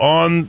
on